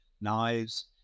knives